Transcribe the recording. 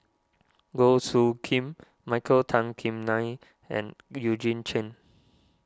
Goh Soo Khim Michael Tan Kim Nei and Eugene Chen